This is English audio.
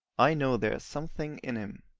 i know there is something in him.